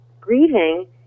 grieving